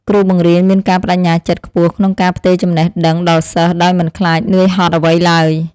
គ្រូបង្រៀនមានការប្តេជ្ញាចិត្តខ្ពស់ក្នុងការផ្ទេរចំណេះដឹងដល់សិស្សដោយមិនខ្លាចនឿយហត់អ្វីឡើយ។